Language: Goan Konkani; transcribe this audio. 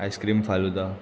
आयस्क्रीम फालुदा